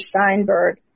Steinberg